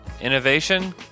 innovation